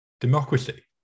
democracy